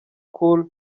cool